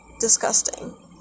disgusting